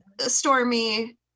stormy